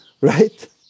right